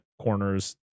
corners